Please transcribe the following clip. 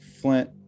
Flint